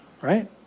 Right